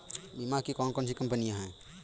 बीमा की कौन कौन सी कंपनियाँ हैं?